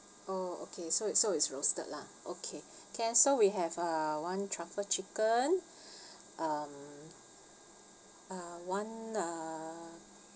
oh okay so it's so it's roasted lah okay can so we'll have uh one truffle chicken um uh one uh